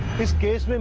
this case